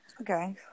Okay